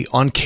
on